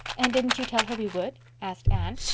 and didn't you tell her we would? asked anne.